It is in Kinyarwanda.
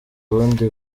rundi